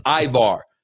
ivar